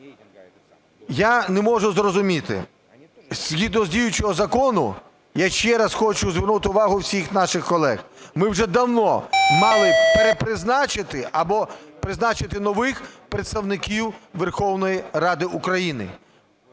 Я не можу зрозуміти, згідно з діючим законом, я ще раз хочу звернути увагу всіх наших колег, ми вже давно мали б перепризначити або призначити нових представників Верховної Ради України